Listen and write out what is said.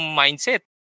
mindset